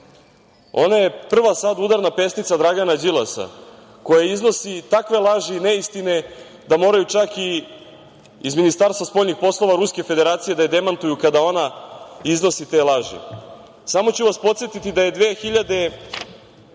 Ona je prva sad udarna pesnica Dragana Đilasa koja iznosi takve laži i neistine da moraju, čak, iz Ministarstva spoljnih poslova Ruske Federacije da je demantuju kada ona iznosi te laži. Samo ću vas podsetiti da je 27.